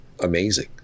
amazing